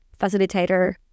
facilitator